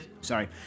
sorry